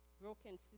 Broken